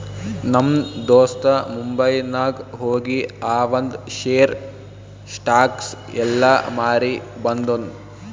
ನಮ್ ದೋಸ್ತ ಮುಂಬೈನಾಗ್ ಹೋಗಿ ಆವಂದ್ ಶೇರ್, ಸ್ಟಾಕ್ಸ್ ಎಲ್ಲಾ ಮಾರಿ ಬಂದುನ್